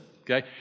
okay